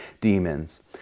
demons